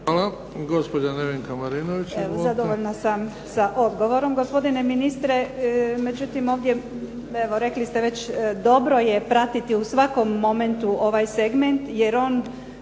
Hvala. Gospođa Nevenka Marinović.